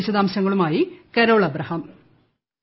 വിശദാംശങ്ങളുമായി Carol Abraham